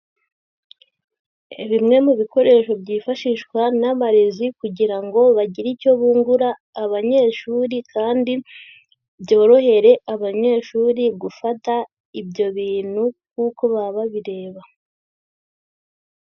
Bimwe mu bikoresho byifashishwa n'abarezi kugira ngo bagire icyo bungura abanyeshuri kandi byorohere abanyeshuri gufata ibyo bintu kuko baba babireba.